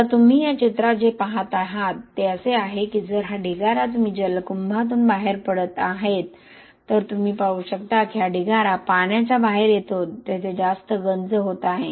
आता तुम्ही या चित्रात जे पहात आहात ते असे आहे की जर हा ढिगारा तुम्ही जलकुंभातून बाहेर पडत आहे तर तुम्ही पाहू शकता की हा ढिगारा पाण्याच्या बाहेर येतो तेथे जास्त गंज होत आहे